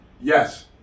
Yes